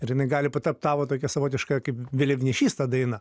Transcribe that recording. ir jinai gali patapt tavo tokia savotiška kaip vėliavnešys ta daina